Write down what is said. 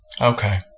Okay